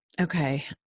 okay